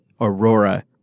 Aurora